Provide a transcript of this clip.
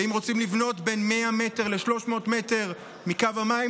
ואם רוצים לבנות בין 100 מטרים ל-300 מטרים מקו המים,